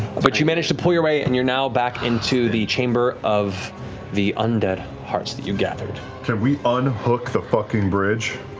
but you manage to pull your way and you're now back into the chamber of the undead hearts that you gathered. travis can we unhook the fucking bridge?